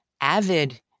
avid